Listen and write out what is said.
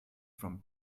from